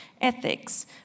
ethics